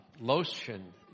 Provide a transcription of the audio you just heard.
lotion